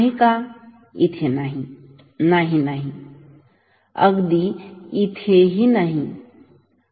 इथे नाही नाही नाही नाही अगदी इथेसुद्धा नाही नाही नाही नाही हो इथे आहे